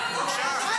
עכשיו,